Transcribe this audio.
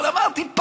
אבל אמרתי,